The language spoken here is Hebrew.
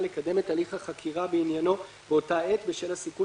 לקדם את הליך החקירה בעניינו באותה עת בשל הסיכון